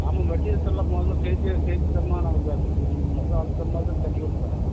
ஆமாம் மெட்டீரியல்ஸ் எல்லாம் முதல்ல சேர்த்தே சேர்த்துதாம்மா நாங்க பேசுகிறது மொதல் அந்த மாதிரி தானே கட்டி கொடுத்தோம்